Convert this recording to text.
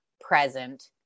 present